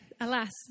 alas